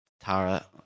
Tara